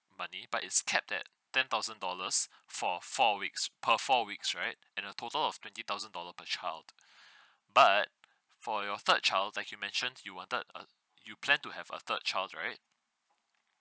money but it's kept that ten thousand dollars for four weeks per four weeks right and a total of twenty thousand dollar per child but for your third child like you mentioned you wanted a you plan to have a third child right